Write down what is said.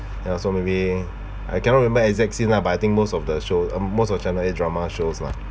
and also maybe I cannot remember exact scene lah but I think most of the show uh most of channel eight drama shows lah